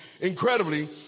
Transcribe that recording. incredibly